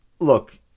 look